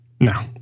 No